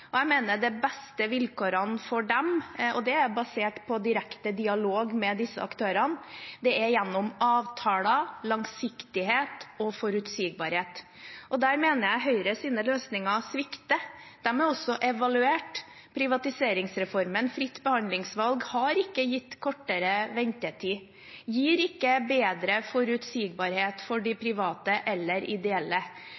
Jeg mener de beste vilkårene for dem – og dette er basert på direkte dialog med disse aktørene – får man gjennom avtaler, langsiktighet og forutsigbarhet. Og der mener jeg at Høyres løsninger svikter. De er også blitt evaluert. Privatiseringsreformen fritt behandlingsvalg har ikke gitt kortere ventetid eller bedre forutsigbarhet for de